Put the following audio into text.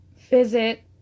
visit